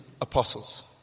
apostles